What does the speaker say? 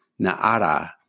Naara